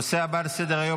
הנושא הבא על סדר-היום,